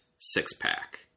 six-pack